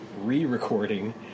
re-recording